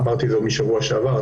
אמרתי זאת משבוע שעבר,